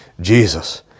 Jesus